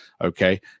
okay